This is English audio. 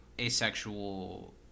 asexual